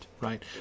right